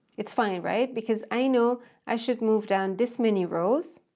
it's fine, right? because i know i should move down this many rows.